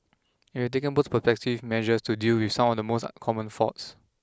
and we taken both preventive measures to deal with some of the most common faults